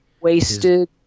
wasted